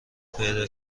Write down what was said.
پیدا